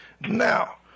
Now